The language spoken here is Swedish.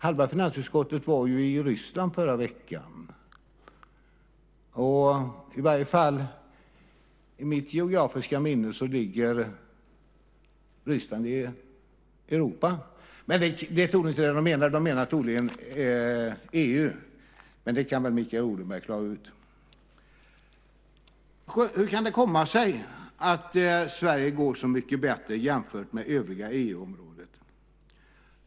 Halva finansutskottet var i Ryssland förra veckan. I varje fall i mitt geografiska minne ligger Ryssland i Europa. Men det tror jag inte att de menar. De menar troligen EU, men det kan väl Mikael Odenberg klara ut. Hur kan det komma sig att Sverige går så mycket bättre jämfört med övriga EU-området?